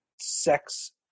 sex